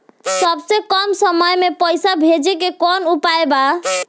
सबसे कम समय मे पैसा भेजे के कौन उपाय बा?